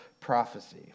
prophecy